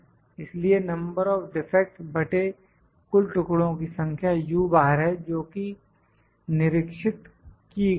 इसलिए number of defects बटे कुल टुकड़ों की संख्या है जोकि निरीक्षित की गई है